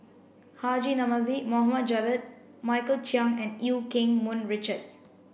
Haji Namazie Mohd Javad Michael Chiang and Eu Keng Mun Richard